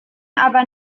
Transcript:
aber